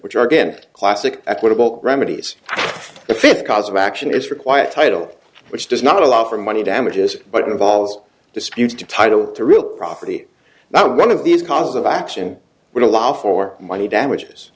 which are again classic equitable remedies the fifth cause of action is required title which does not allow for money damages but involves disputes to title to real property that one of these cons of action would allow for money damages